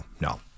no